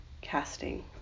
casting